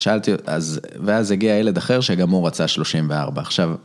שאלתי אותה אז. ואז הגיע ילד אחר שגם הוא רצה 34.עכשיו...